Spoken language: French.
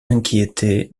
inquiété